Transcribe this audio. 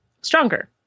stronger